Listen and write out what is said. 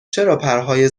پرهای